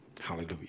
hallelujah